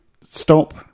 stop